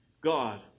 God